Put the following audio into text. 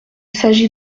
s’agit